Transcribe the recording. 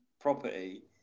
property